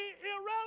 irrelevant